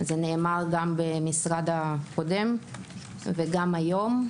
זה נאמר גם במשרד הקודם וגם היום.